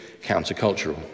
countercultural